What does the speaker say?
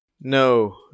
No